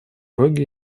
роге